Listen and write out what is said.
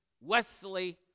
Wesley